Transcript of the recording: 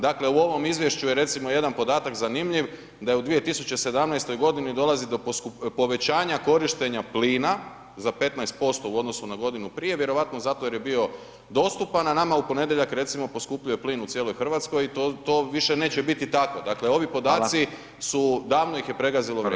Dakle, u ovom izvješću je recimo jedan podatak zanimljiv, da je u 2017. g. dolazi do povećanja korištenja plina za 15% u odnosu na godinu prije, vjerojatno zato jer je bio dostupan, a nama u ponedjeljak recimo poskupljuje plin u cijeloj Hrvatskoj i to više neće biti tako, dakle, ovi podaci su davno ih je pregazilo vrijeme.